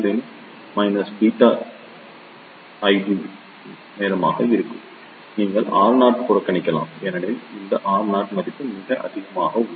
யின் minus beta IP நேரமாக இருக்கும் நீங்கள் Ro புறக்கணிக்கலாம் ஏனெனில் இந்த Ro மதிப்பு மிக அதிகமாக உள்ளது